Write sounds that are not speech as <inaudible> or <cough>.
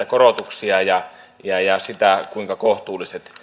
<unintelligible> korotuksia ja ja sitä kuinka kohtuullisia